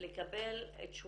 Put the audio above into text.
לקבל תשובה,